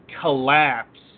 collapse